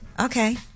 Okay